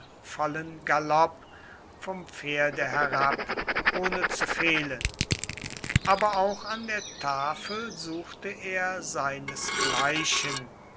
vollen galopp vom pferde herab ohne zu fehlen aber auch an der tafel suchte er seinesgleichen